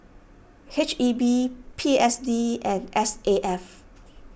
H E B P S D and S A F